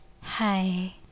Hi